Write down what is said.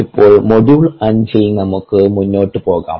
ഇപ്പോൾ മൊഡ്യൂൾ 5ൽ നമുക്ക് മുന്നോട്ട് പോകാം